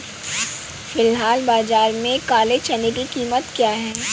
फ़िलहाल बाज़ार में काले चने की कीमत क्या है?